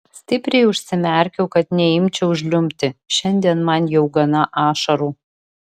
stipriai užsimerkiau kad neimčiau žliumbti šiandien man jau gana ašarų